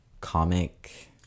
comic